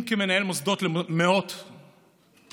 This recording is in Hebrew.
אם כמנהל מוסדות למאות תלמידים,